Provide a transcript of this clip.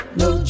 no